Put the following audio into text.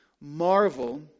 marvel